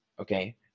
okay